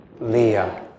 Leah